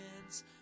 hands